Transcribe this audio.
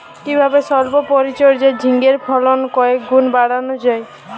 কিভাবে সল্প পরিচর্যায় ঝিঙ্গের ফলন কয়েক গুণ বাড়ানো যায়?